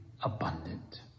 abundant